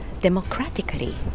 democratically